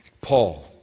Paul